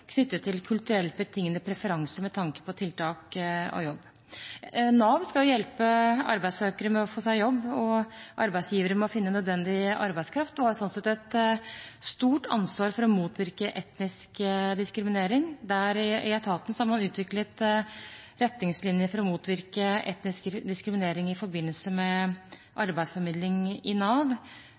knyttet til kulturelt betingede preferanser med tanke på tiltak og jobb. Nav skal hjelpe arbeidssøkere med å få seg jobb og arbeidsgivere med å finne nødvendig arbeidskraft og har sånn sett et stort ansvar for å motvirke etnisk diskriminering. I etaten har man utviklet retningslinjer for å motvirke etnisk diskriminering i forbindelse med arbeidsformidling i Nav.